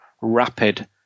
rapid